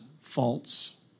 faults